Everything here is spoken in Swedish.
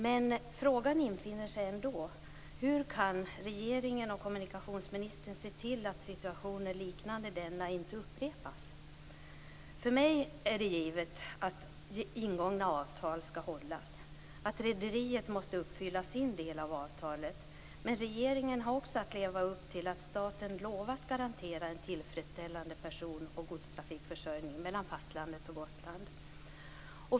Men frågan infinner sig ändå: Hur kan regeringen och kommunikationsministern se till att situationer liknande denna inte upprepas? För mig är det givet att ingångna avtal skall hållas och att rederiet måste uppfylla sin del av avtalet. Men regeringen har också att leva upp till att staten lovat att garantera en tillfredsställande personoch godstrafikförsörjning mellan fastlandet och Gotland.